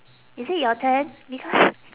is it your turn because